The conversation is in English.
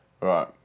right